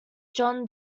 john